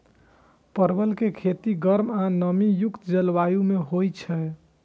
परवल के खेती गर्म आ नमी युक्त जलवायु मे होइ छै